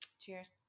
Cheers